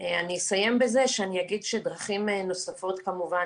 אני אסיים בזה שאני אגיד שדרכים נוספות כמובן